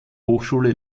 hochschule